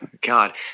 God